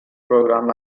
program